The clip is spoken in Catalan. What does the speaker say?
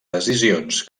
decisions